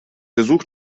besuch